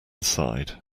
sighed